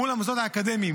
מול המוסדות האקדמיים,